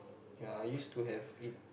ya I use to have it